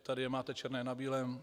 Tady je máte černé na bílém.